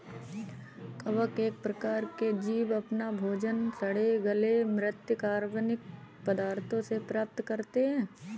कवक एक प्रकार के जीव अपना भोजन सड़े गले म्रृत कार्बनिक पदार्थों से प्राप्त करते हैं